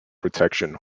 protection